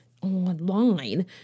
online